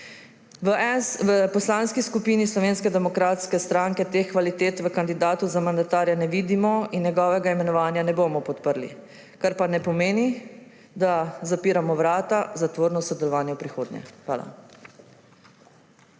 V Poslanski skupini Slovenske demokratske stranke teh kvalitet v kandidatu za mandatarja ne vidimo in njegovega imenovanja ne bomo podprli, kar pa ne pomeni, da zapiramo vrata za tvorno sodelovanje v prihodnje. Hvala.